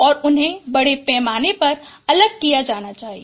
और उन्हें बड़े पैमाने पर अलग किया जाना चाहिए